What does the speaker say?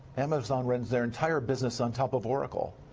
amazon runs their entire business on top of oracle,